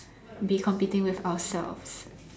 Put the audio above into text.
be competing with ourselves